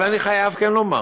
אבל אני חייב כן לומר,